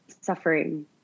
Suffering